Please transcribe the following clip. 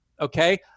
okay